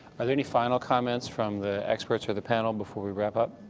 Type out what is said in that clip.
are there any final comments from the experts or the panel before we wrap up?